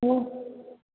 हो